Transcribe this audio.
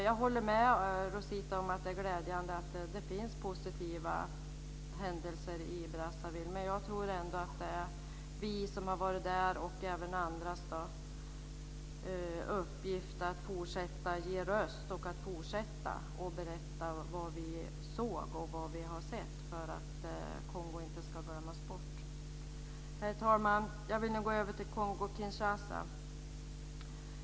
Jag håller med Rosita Runegrund om att det är glädjande att det finns positiva händelser i Brazzaville, men jag tror ändå att det är vi som har varit där och även andra som har uppgiften att fortsätta att berätta om vad vi såg för att Kongo inte ska glömmas bort. Herr talman! Jag går nu över till Kongo-Kinshasa.